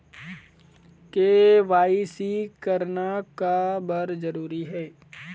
KYC करना का बर जरूरी हे?